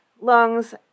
lungs